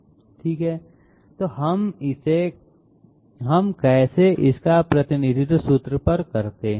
द् ठीक है तो हम कैसे इस का प्रतिनिधित्व सूत्र पर करते हैं